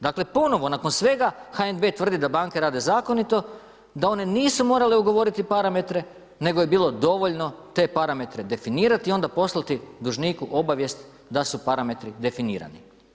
Dakle, ponovno nakon svega HNB tvrdi da banke rade zakonito, da one nisu morale ugovoriti parametre nego je bilo dovoljno te parametre definirati onda poslati dužniku obavijest da su parametri definirani.